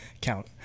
count